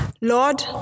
Lord